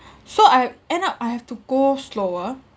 so I end up I have to go slower